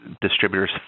distributors